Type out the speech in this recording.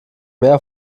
mehr